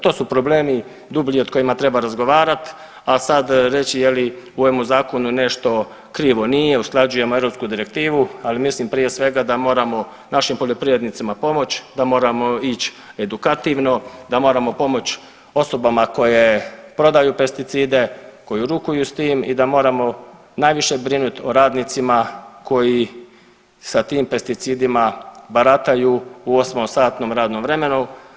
To su problemi dublji o kojima treba razgovarati, a sad reći je li u ovome zakonu nešto krivo, nije, usklađujemo europsku direktivu ali mislim prije svega da moramo našim poljoprivrednicima pomoći, da moramo ići edukativno, da moramo pomoći osobama koje prodaju pesticide, koji rukuju s tim i da moramo najviše brinut o radnicima koji sa tim pesticidima barataju u osmosatnom radnom vremenu.